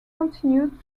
continued